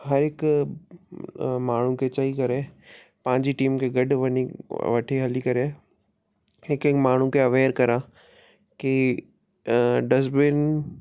हर हिकु माण्हू खे चई करे पंहिंजी टीम खे गॾु वञी वठी हली करे हिकु हिकु माण्हू खे अवेयर करां की डस्टबिन